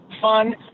fun